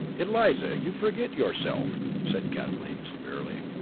eliza, you forget yourself, said kathleen, severely.